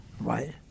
Right